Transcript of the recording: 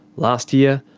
last year,